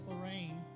Lorraine